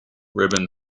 ribbon